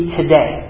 today